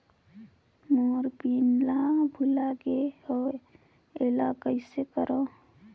मोर pin ला भुला गे हो एला कइसे करो?